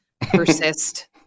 persist